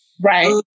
Right